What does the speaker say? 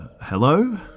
Hello